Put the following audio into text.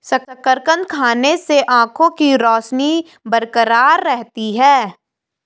शकरकंद खाने से आंखों के रोशनी बरकरार रहती है